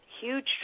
huge